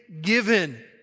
given